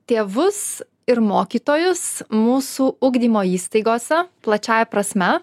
tėvus ir mokytojus mūsų ugdymo įstaigose plačiąja prasme